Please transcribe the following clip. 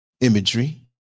imagery